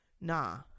nah